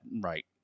right